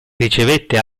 ricevette